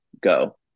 go